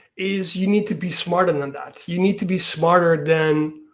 is you need to be smarter than than that. you need to be smarter than